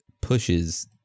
pushes